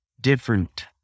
different